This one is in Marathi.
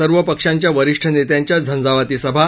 सर्व पक्षांच्या वरिष्ठ नेत्यांच्या झंझावाती सभा